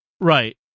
Right